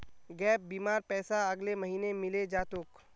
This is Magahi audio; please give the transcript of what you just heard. गैप बीमार पैसा अगले महीने मिले जा तोक